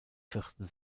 vierten